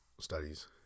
studies